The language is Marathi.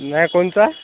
नाय कोणचा